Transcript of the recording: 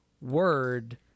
word